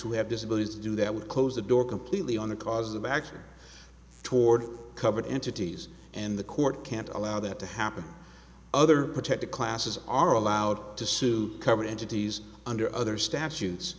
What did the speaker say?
who have disabilities do that would close the door completely on the cause of action toward covered entities and the court can't allow that to happen other protected classes are allowed to sue covered entities under other statutes